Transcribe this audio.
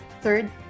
Third